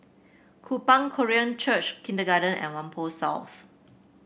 Kupang Korean Church Kindergarten and Whampoa South